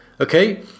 Okay